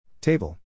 Table